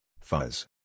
fuzz